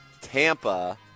Tampa